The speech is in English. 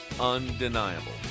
undeniable